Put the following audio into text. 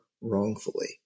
wrongfully